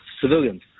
civilians